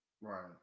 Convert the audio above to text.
Right